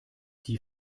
die